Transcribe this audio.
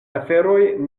aferoj